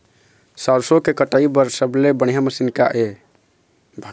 सरसों के कटाई बर सबले बढ़िया मशीन का ये?